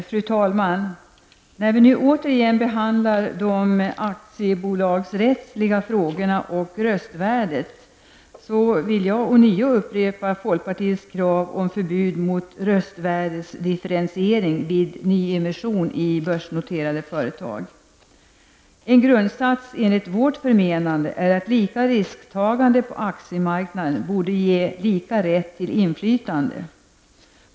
Fru talman! När vi nu återigen behandlar de aktiebolagsrättsliga frågorna och röstvärdet på aktier vill jag ånyo upprepa folkpartiets krav om förbud mot röstvärdesdifferentiering vid nyemission i börsnoterade företag. En grundsats enligt vårt förmenande är att lika risktagande på aktiemarknaden borde ge lika rätt till inflytande.